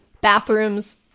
bathrooms